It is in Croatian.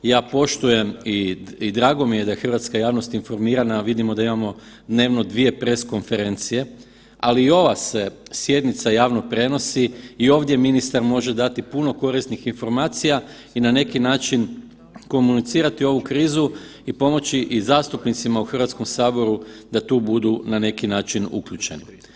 Ja poštujem i drago mi je da je hrvatska javnost informirana, a vidimo da imamo dnevno 2 press konferencije, ali i ova se sjednica javno prenosi i ovdje ministar može dati puno korisnih informacija i na neki način komunicirati ovu krizu i pomoći i zastupnicima u Hrvatskom saboru da tu budu na neki način uključeni.